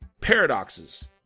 paradoxes